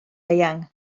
eang